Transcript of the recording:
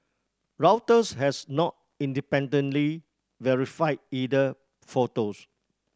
Reuters has not independently verified either photos